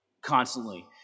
constantly